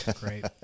Great